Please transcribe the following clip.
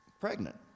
pregnant